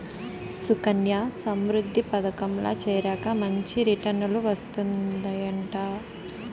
సుకన్యా సమృద్ధి పదకంల చేరాక మంచి రిటర్నులు వస్తందయంట